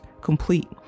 complete